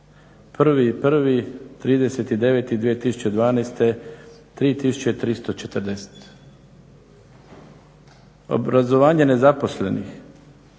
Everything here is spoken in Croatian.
30.09.2012. 3340. Obrazovanje nezaposlenih,